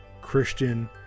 Christian